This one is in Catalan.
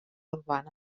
urbana